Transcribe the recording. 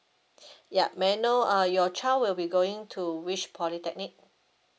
ya may I know uh your child will be going to which polytechnic